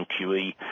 QE